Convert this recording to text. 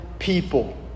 People